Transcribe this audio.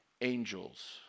angels